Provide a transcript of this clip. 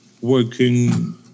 working